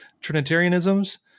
Trinitarianism's